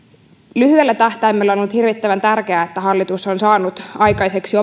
lyhyellä tähtäimellä on ollut hirvittävän tärkeää että hallitus on saanut aikaiseksi